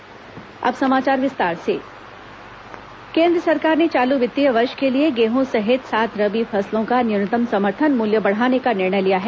रबी फसल समर्थन मूल्य केंद्र सरकार ने चालू वित्तीय वर्ष के लिए गेहूं सहित सात रबी फसलों का न्यूनतम समर्थन मुल्य बढ़ाने का निर्णय लिया है